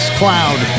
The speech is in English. cloud